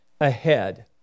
ahead